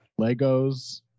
legos